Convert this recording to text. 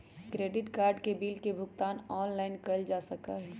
credit card के bill के भुगतान ऑनलाइन कइल जा सका हई